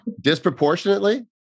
Disproportionately